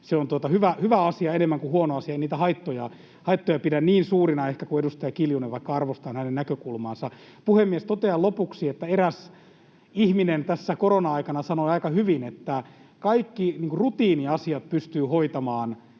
Se on hyvä asia enemmän kuin huono asia. En ehkä niitä haittoja pidä niin suurina kuin edustaja Kiljunen, vaikka arvostan hänen näkökulmaansa. Puhemies! Totean lopuksi, että eräs ihminen tässä korona-aikana sanoi aika hyvin, että kaikki rutiiniasiat pystyy hoitamaan